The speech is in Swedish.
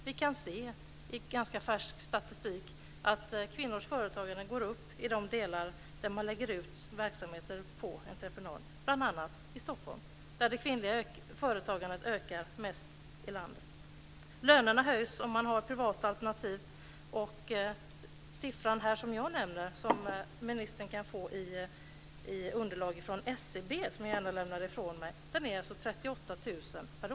Vi kan i ganska färsk statistik se att kvinnors företagsamhet ökar i de sektorer där man lägger ut verksamhet på entreprenad, bl.a. i Stockholm, där det kvinnliga företagandet ökar mest i landet. Lönerna höjs om man har privata alternativ, och den siffra jag nämnde kan ministern få i ett underlag från SCB som jag gärna lämnar ifrån mig. Siffran är alltså 38 000 per år.